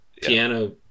piano